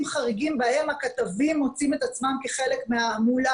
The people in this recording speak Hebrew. חריגים בהם הכתבים מוצאים את עצמם כחלק מההמולה,